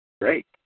Great